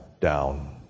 down